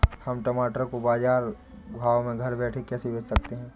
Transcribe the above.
हम टमाटर को बाजार भाव में घर बैठे कैसे बेच सकते हैं?